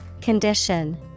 Condition